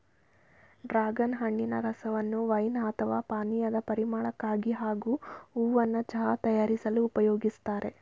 dragon ಹಣ್ಣಿನ ರಸವನ್ನು wine ಅಥವಾ ಪಾನೀಯದ ಪರಿಮಳಕ್ಕಾಗಿ ಹಾಗೂ ಹೂವನ್ನ ಚಹಾ ತಯಾರಿಸಲು ಉಪಯೋಗಿಸ್ತಾರೆ